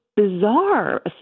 bizarre